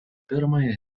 pirmąją